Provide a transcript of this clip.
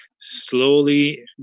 slowly